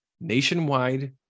nationwide